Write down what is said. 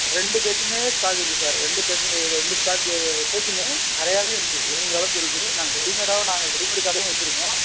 ரெண்டு தேக்கும் ஸ்டாக் இருக்குது சார் ரெண்டு தேக்கு இதில் ரெண்டு ஸ்டாக்கு தேக்குமே நிறையாவே இருக்குது வேணுங்கிற அளவுக்கு இருக்குது நாங்கள் ரெடிமேடாவும் நாங்கள் ரெடிமேட் கதவும் வச்சுருக்கோம்